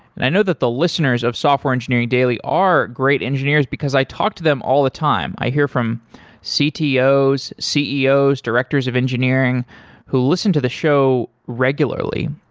and i know that the listeners of software engineering daily are great engineers, because i talk to them all the time. i hear from ctos, ceos, directors of engineering who listen to the show regularly.